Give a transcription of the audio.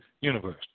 universe